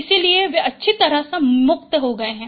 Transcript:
इसलिए वे अच्छी तरह से मुक्त हो गए हैं